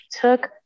took